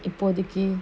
its for the team